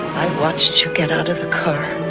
i watched you get out of the car.